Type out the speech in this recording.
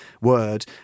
word